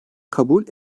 kabul